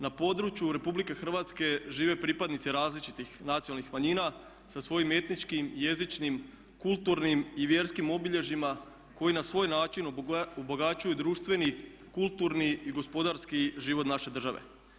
Na području Republike Hrvatske žive pripadnici različitih nacionalnih manjina sa svojim etničkim, jezičnim, kulturnim i vjerskim obilježjima koji na svoj način obogaćuju društveni, kulturni i gospodarski život naše države.